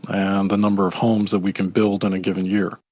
and the number of homes that we can build in a given year,